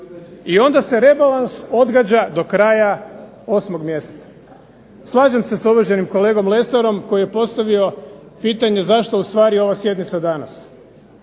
I onda se rebalans odgađa do kraja 8. mjeseca. Slažem se sa uvaženim kolegom Lesarom koji je postavio pitanje, ustvari zašto ova sjednica danas?